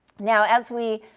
now, as we